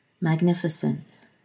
magnificent